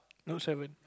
note seven